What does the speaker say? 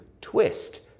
twist